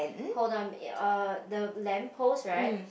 hold on err the lamp post right